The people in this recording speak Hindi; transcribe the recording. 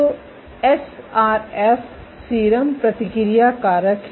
तो एसआरएफ सीरम प्रतिक्रिया कारक है